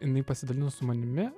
jinai pasidalino su manimi